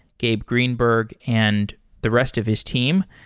gabe greenberg, and the rest of his team.